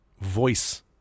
voice